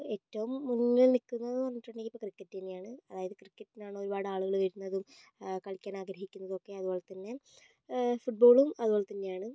ഏറ്റവും മുന്നിൽ നിൽക്കുന്നതെന്ന് പറഞ്ഞിട്ടുണ്ടെങ്കിൽ ഇപ്പോൾ ക്രിക്കറ്റ് തന്നെയാണ് അതായത് ക്രിക്കറ്റിനാണ് ഒരുപാട് ആളുകള് വരുന്നതും കളിക്കാൻ ആഗ്രഹിക്കുന്നതൊക്കെ അതുപോലെത്തന്നെ ഫുട്ബോളും അതുപോലെത്തന്നെയാണ്